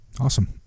Awesome